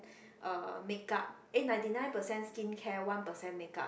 uh makeup eh ninety nine percent skincare one percent makeup